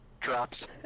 drops